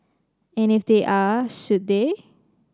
and if they are should they